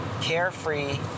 carefree